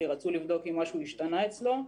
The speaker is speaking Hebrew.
כי רצו לבדוק אם משהו השתנה אצלו,